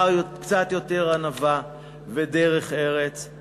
קצת יותר ענווה ודרך ארץ.